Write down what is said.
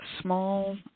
small